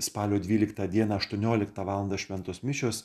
spalio dvyliktą dieną aštuonioliktą valandą šventos mišios